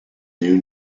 new